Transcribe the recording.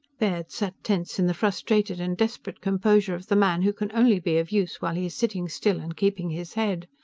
baird sat tense in the frustrated and desperate composure of the man who can only be of use while he is sitting still and keeping his head.